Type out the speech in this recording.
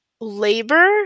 labor